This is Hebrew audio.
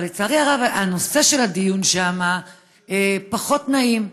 אבל לצערי הרב, הנושא של הדיון שם היה פחות נעים.